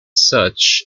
such